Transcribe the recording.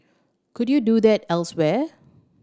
could you do that elsewhere